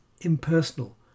impersonal